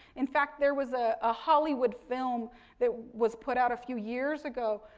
in fact, there was ah a hollywood film that was put out a few years ago,